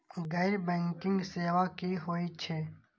गैर बैंकिंग सेवा की होय छेय?